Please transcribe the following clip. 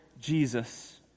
Jesus